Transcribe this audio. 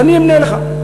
אז אני אמנה לך,